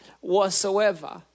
whatsoever